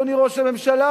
אדוני ראש הממשלה,